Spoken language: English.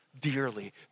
dearly